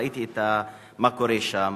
ראיתי מה קורה שם,